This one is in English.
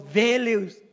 values